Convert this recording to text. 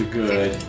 good